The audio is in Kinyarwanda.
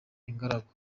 ingaragu